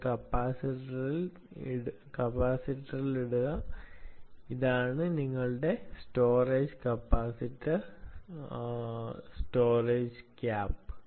ഒരു കപ്പാസിറ്ററിൽ ഇടുക ഇതാണ് നിങ്ങളുടെ സ്റ്റോറേജ് കപ്പാസിറ്റർ സ്റ്റോറേജ് ക്യാപ്